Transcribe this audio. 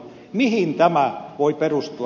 mihin tämä voi perustua